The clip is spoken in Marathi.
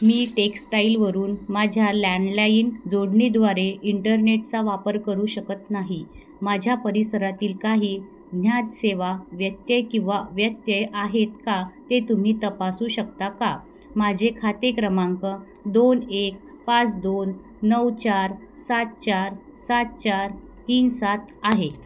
मी टेक्स्टाईलवरून माझ्या लँडलाईन जोडणीद्वारे इंटरनेटचा वापर करू शकत नाही माझ्या परिसरातील काही ज्ञात सेवा व्यत्यय किंवा व्यत्यय आहेत का ते तुम्ही तपासू शकता का माझे खाते क्रमांक दोन एक पाच दोन नऊ चार सात चार सात चार तीन सात आहे